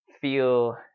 feel